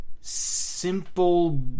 simple